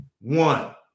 one